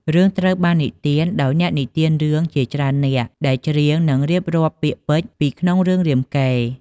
រឿងត្រូវបាននិទាន ដោយអ្នកនិទានរឿងជាច្រើននាក់ដែលច្រៀង និងរៀបរាប់ពាក្យពេចន៍ពីក្នុងរឿងរាមកេរ្តិ៍។